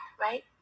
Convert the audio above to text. right